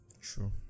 Sure